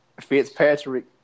Fitzpatrick